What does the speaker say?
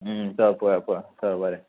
चल पळोवया पळोवया चल बरें